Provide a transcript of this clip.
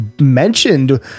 mentioned